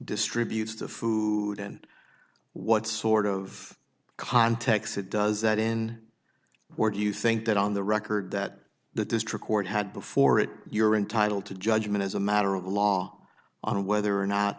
distributes the food and what sort of context it does that in or do you think that on the record that the district court had before it you're entitled to judgment as a matter of law on whether or not